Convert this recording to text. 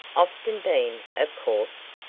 often been, of course?